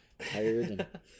tired